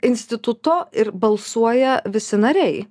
instituto ir balsuoja visi nariai